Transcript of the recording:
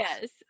yes